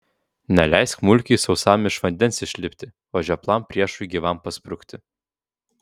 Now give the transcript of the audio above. neleisk mulkiui sausam iš vandens išlipti o žioplam priešui gyvam pasprukti